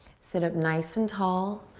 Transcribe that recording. sit up nice and tall.